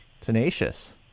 Tenacious